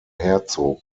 herzog